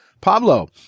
Pablo